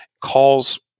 calls